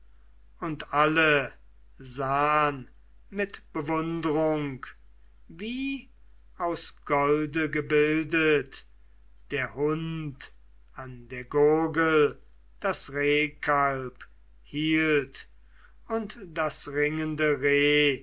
und alle sahn mit bewundrung wie aus golde gebildet der hund an der gurgel das rehkalb hielt und das ringende reh